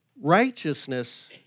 Righteousness